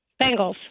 Bengals